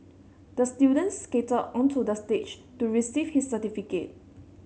the student skated onto the stage to receive his certificate